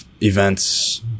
events